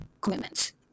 commitments